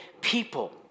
people